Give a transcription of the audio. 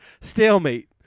Stalemate